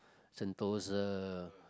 sentosa